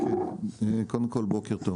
קודם כל בוקר טוב.